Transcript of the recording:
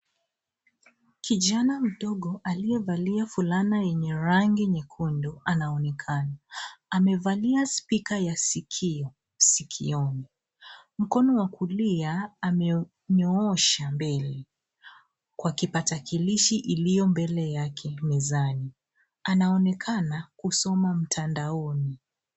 Kijana mdogo aliyevalia fulana yenye rangi nyekundu anaonekana. Amevalia speaker ya sikio, sikioni. Mkono wa kulia amenyoosha mbele kwa kipakatalishi iliyo mbele yake mezani. Anaonekana kusoma mtandaoni.